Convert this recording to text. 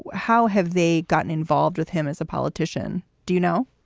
how have they gotten involved with him as a politician? do you know?